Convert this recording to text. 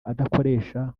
adakoresha